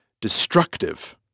destructive